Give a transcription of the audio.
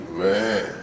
man